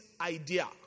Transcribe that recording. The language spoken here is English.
idea